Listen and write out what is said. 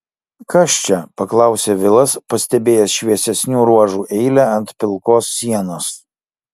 kas čia paklausė vilas pastebėjęs šviesesnių ruožų eilę ant pilkos sienos